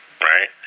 right